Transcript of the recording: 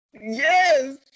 Yes